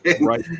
Right